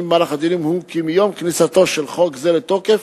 בדיונים הוא כי מיום כניסתו של חוק זה לתוקף